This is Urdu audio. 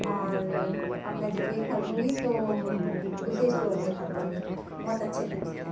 اور اب میں جب بھی خریدوں گی تو اسی اسٹور سے خریدوں گی بہت اچھے بکس تھے